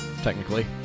Technically